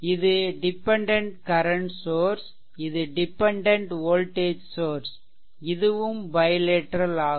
இது dependent current source இது dependent voltage source இதுவும் பைலேட்ரல் ஆகும்